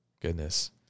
Goodness